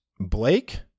Blake